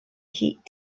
heat